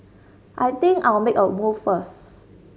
I think I'll make a move first